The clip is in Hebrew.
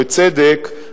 ובצדק,